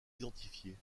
identifiés